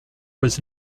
was